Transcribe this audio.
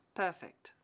perfect